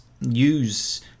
use